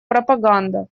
пропаганда